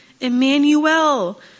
Emmanuel